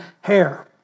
hair